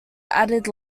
added